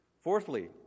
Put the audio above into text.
fourthly